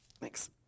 Thanks